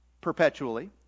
perpetually